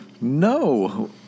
No